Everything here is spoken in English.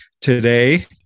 Today